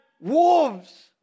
wolves